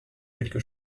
quelque